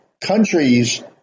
countries